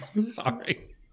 Sorry